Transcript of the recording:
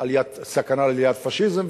סכנה לעליית הפאשיזם.